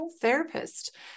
Therapist